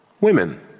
Women